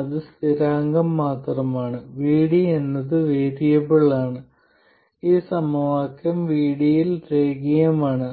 അത് സ്ഥിരാങ്കം മാത്രമാണ് VDഎന്നത് വേരിയബിളാണ് ഈ സമവാക്യം VD യിൽ രേഖീയമാണ്